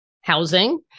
housing